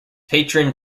patron